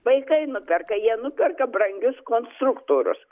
vaikai nuperka jie nuperka brangius konstruktorius